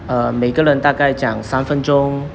err 每个人大概讲三分钟